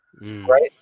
Right